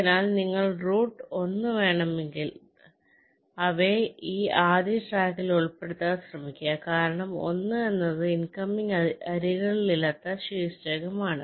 അതിനാൽ നിങ്ങൾക്ക് റൂട്ട് 1 വേണമെങ്കിൽ അവയെ ഈ ആദ്യ ട്രാക്കിൽ ഉൾപ്പെടുത്താൻ ശ്രമിക്കുക കാരണം 1 എന്നത് ഇൻകമിംഗ് അരികുകളില്ലാത്ത ശീർഷകമാണ്